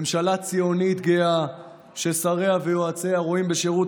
ממשלה ציונית ששריה ויועציה רואים בשירות